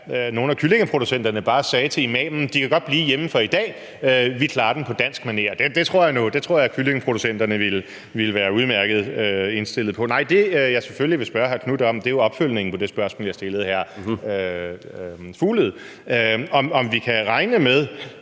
nogle af kyllingeproducenterne bare sagde til imamen, at De kan godt blive hjemme for i dag, for vi klarer den på dansk manér. Det tror jeg nu at kyllingeproducenterne ville være udmærket indstillede på. Det, jeg selvfølgelig vil spørge hr. Knuth om, er jo opfølgningen på det spørgsmål, jeg stillede hr. Fuglede, altså om vi kan regne med,